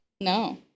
No